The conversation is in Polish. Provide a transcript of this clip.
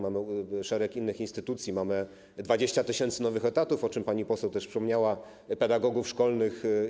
Mamy szereg innych instytucji, mamy 20 tys. nowych etatów, o czym pani poseł też wspomniała, pedagogów szkolnych.